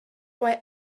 why